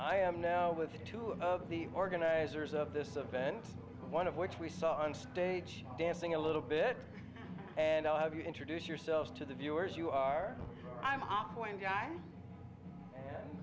i am now with you two of the organizers of this event one of which we saw on stage dancing a little bit and i'll have you introduce yourself to the viewers you are i'm not going